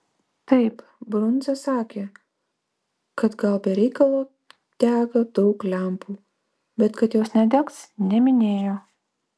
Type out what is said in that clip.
taip brundza sakė kad gal be reikalo dega daug lempų bet kad jos nedegs neminėjo